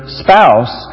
spouse